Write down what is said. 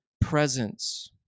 presence